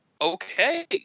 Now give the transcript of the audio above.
Okay